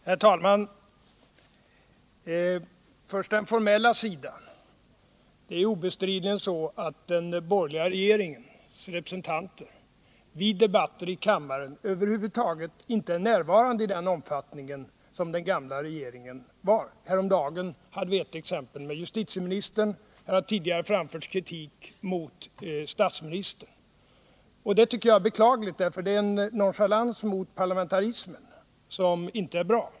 Herr talman! Först några ord om den formella sidan. Det är obestridligen så att den borgerliga regeringens representanter vid debatterna i kammaren inte är närvarande i den utsträckning som den gamla regeringens representanter var. Vi såg ett exempel på det häromdagen när det gällde justitieministern, och samma kritik har tidigare riktats mot statsministern. Jag tycker det är beklagligt, eftersom det visar en nonchalans mot parlamentarismen som inte är bra.